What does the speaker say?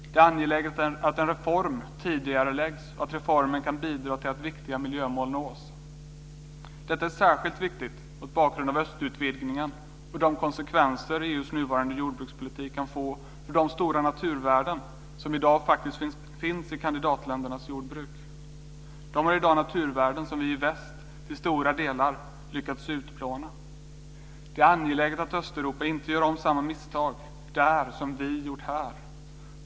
Det är angeläget att en reform tidigareläggs och att reformen kan bidra till att viktiga miljömål nås. Detta är särskilt viktigt mot bakgrund av östutvidgningen och de konsekvenser EU:s nuvarande jordbrukspolitik kan få för de stora naturvärden som i dag faktiskt finns i kandidatländernas jordbruk. De har i dag naturvärden som vi i väst till stora delar lyckats utplåna. Det är angeläget att Östeuropa inte gör om samma misstag där som vi har gjort här.